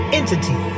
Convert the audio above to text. entity